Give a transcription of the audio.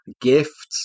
gifts